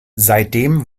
seitdem